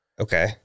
Okay